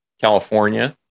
California